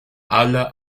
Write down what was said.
habla